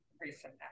recent